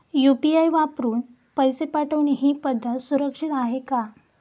UPI वापरून पैसे पाठवणे ही पद्धत सुरक्षित आहे का?